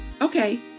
Okay